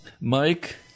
Mike